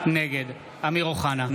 נגד אמיר אוחנה,